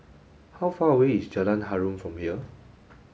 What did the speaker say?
how far away is Jalan Harum from here